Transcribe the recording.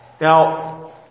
Now